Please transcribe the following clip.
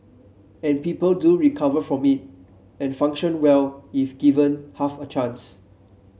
and people do recover from it and function well if given half a chance